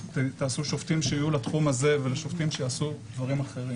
ותעשו שופטים שיהיו לתחום הזה ושופטים שיעשו דברים אחרים.